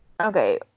okay